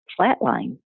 flatline